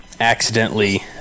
accidentally